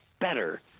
better